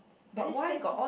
very safe one